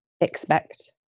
expect